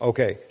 Okay